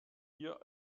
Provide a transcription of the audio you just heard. dir